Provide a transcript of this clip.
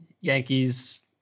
Yankees